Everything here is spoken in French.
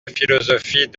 philosophie